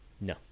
No